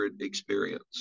experience